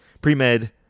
pre-med